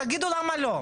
תגידו למה לא,